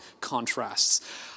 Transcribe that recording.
contrasts